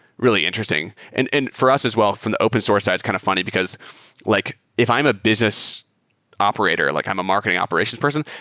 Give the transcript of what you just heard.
really interesting. and and for us as well, from the open source side, it's kind of funny because like if i'm a business operator, like i'm a marketing operations person,